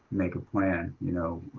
make a plan, you know,